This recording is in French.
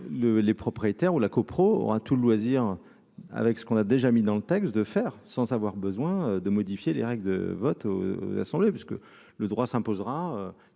les propriétaires ou la co-prod aura tout le loisir avec ce qu'on a déjà mis dans le texte de faire sans avoir besoin de modifier les règles de vote l'assemblée parce que le droit s'imposera,